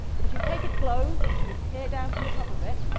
but if you take a globe and you peer down from the top of it,